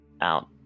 out